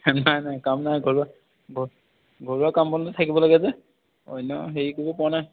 নাই নাই কাম নাই ঘৰুৱা ঘ ঘৰুৱা কাম বনতে থাকিব লাগে যে অন্য় হেৰি কৰিবপৰা নাই